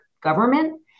government